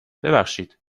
ببخشید